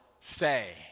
say